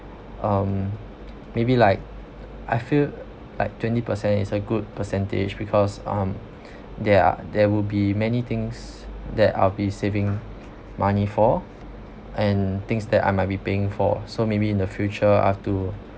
um maybe like I feel like twenty percent is a good percentage because um there are they will be many things that i'll be saving money for and things that I might be paying for so maybe in the future I have to